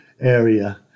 area